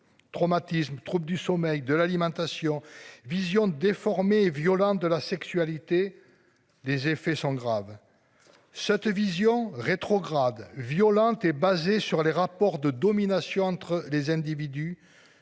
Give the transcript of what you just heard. traumatisme trouble du sommeil de l'alimentation vision déformée et violente de la sexualité. Des effets sont graves. Cette vision rétrograde violente est basée sur les rapports de domination entre les individus.